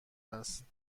است